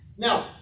Now